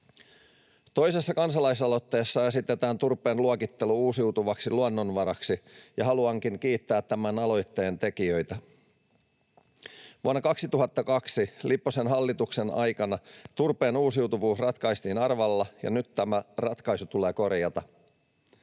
Toisessa kansalaisaloitteessa esitetään turpeen luokittelua uusiutuvaksi luonnonvaraksi, ja haluankin kiittää tämän aloitteen tekijöitä. Vuonna 2002 Lipposen hallituksen aikana turpeen uusiutuvuus ratkaistiin arvalla, ja nyt tämä ratkaisu tulee korjata.